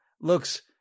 looks